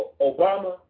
Obama